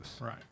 Right